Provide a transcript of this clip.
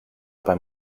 beim